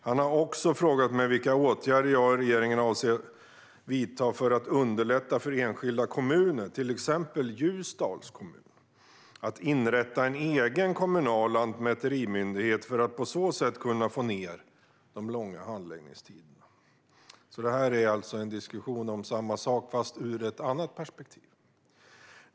Han har också frågat mig vilka åtgärder jag och regeringen avser att vidta för att underlätta för enskilda kommuner, till exempel Ljusdals kommun, att inrätta en egen kommunal lantmäterimyndighet för att på så sätt kunna korta de långa handläggningstiderna. Det här är alltså en diskussion om samma sak, fast ur ett annat perspektiv.